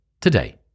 today